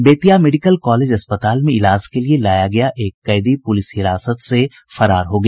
Bettiah medical college अस्पताल में इलाज के लिये लाया गया एक कैदी पुलिस हिरासत से फरार हो गया